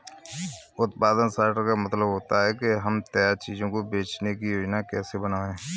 उत्पादन सॉर्टर का मतलब होता है कि हम तैयार चीजों को बेचने की योजनाएं कैसे बनाएं